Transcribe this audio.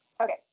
Okay